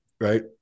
Right